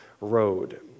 road